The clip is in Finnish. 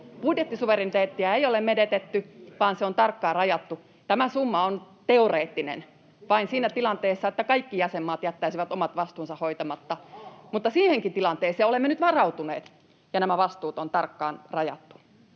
Budjettisuvereniteettia ei ole menetetty, vaan se on tarkkaan rajattu. Tämä summa on teoreettinen vain siinä tilanteessa, että kaikki jäsenmaat jättäisivät omat vastuunsa hoitamatta, [Mika Niikko: Onpa halpaa!] mutta siihenkin tilanteeseen olemme nyt varautuneet, ja nämä vastuut on tarkkaan rajattu.